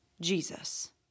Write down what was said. Jesus